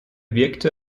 wirkte